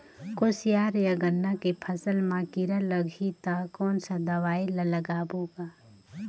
कोशियार या गन्ना के फसल मा कीरा लगही ता कौन सा दवाई ला लगाबो गा?